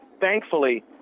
Thankfully